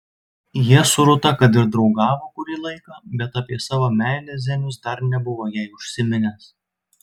jie su rūta kad ir draugavo kurį laiką bet apie savo meilę zenius dar nebuvo jai užsiminęs